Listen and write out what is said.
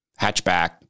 Hatchback